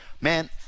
Man